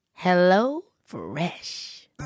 HelloFresh